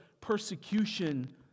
persecution